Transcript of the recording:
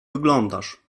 wyglądasz